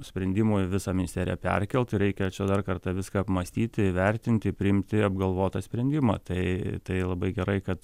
sprendimui visą ministeriją perkelt ir reikia čia dar kartą viską apmąstyti įvertinti priimti apgalvotą sprendimą tai tai labai gerai kad